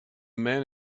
man